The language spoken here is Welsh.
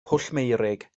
pwllmeurig